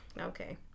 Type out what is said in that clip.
okay